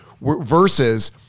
versus